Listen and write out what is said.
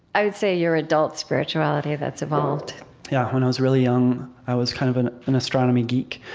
i would say, your adult spirituality that's evolved yeah, when i was really young, i was kind of an an astronomy geek.